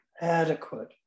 adequate